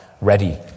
ready